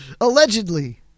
Allegedly